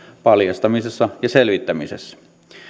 paljastamisessa ja selvittämisessä